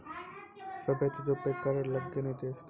सभ्भे चीजो पे कर लगैनाय देश के हितो मे छै